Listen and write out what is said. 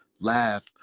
laugh